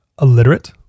illiterate